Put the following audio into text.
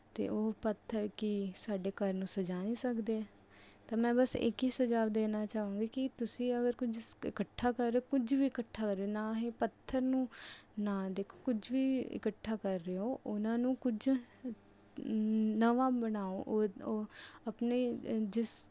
ਅਤੇ ਉਹ ਪੱਥਰ ਕੀ ਸਾਡੇ ਘਰ ਨੂੰ ਸਜਾ ਨੀ ਸਕਦੇ ਤਾਂ ਮੈਂ ਬਸ ਇੱਕ ਹੀ ਸੁਝਾਅ ਦੇਣਾ ਚਾਹੁੰਗੀ ਕਿ ਤੁਸੀਂ ਅਗਰ ਕੁਝ ਇਕੱਠਾ ਕਰ ਕੁਝ ਵੀ ਇਕੱਠਾ ਕਰ ਰਹੇ ਹੋ ਨਾ ਹੀ ਪੱਥਰ ਨੂੰ ਨਾ ਦੇਖੋ ਕੁਝ ਵੀ ਇਕੱਠਾ ਕਰ ਰਹੇ ਹੋ ਉਹਨਾਂ ਨੂੰ ਕੁਝ ਨ ਨਵਾਂ ਬਣਾਓ ਓਹ ਓਹ ਆਪਣੇ ਜਿਸ